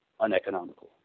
uneconomical